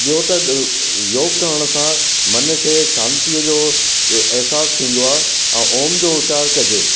ॿियो त योग करण सां मन खे शांतीअ जो एहसासु थींदो आहे ऐं ओम जो उच्चार कजे